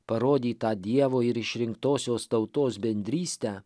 parodytą dievo ir išrinktosios tautos bendrystę